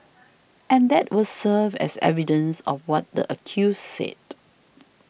and that will serve as evidence of what the accused said